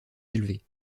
élevés